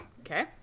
Okay